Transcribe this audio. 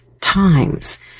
times